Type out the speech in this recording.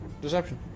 Deception